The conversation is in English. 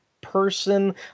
person